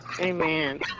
Amen